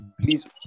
please